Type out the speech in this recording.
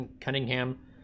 Cunningham